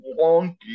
wonky